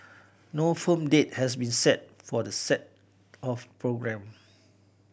no firm date has been set for the set of programme